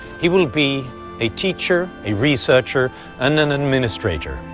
he will be a teacher, a researcher and an administrator,